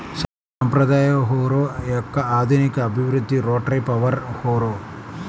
సాంప్రదాయ హారో యొక్క ఆధునిక అభివృద్ధి రోటరీ పవర్ హారో